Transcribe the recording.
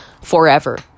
forever